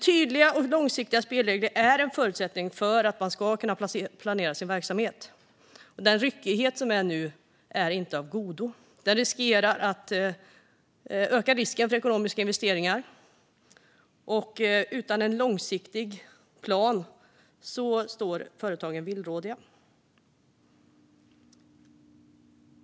Tydliga och långsiktiga spelregler är en förutsättning för att man ska kunna planera sin verksamhet, och den ryckighet som råder nu är inte av godo. Den ökar risken för att ekonomiska investeringar uteblir. Utan en långsiktig plan står företagen villrådiga.